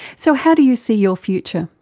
so how do you see your future?